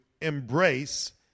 embrace